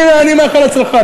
אני מאחל הצלחה.